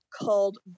called